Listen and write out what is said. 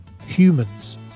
humans